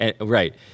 right